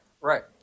Right